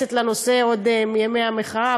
מגויסת לנושא עוד מימי המחאה,